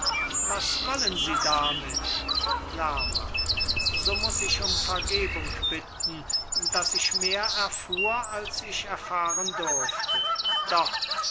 was wollen sie damit lerma so muß ich um vergebung bitten daß ich mehr erfuhr als ich erfahren durfte doch